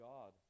God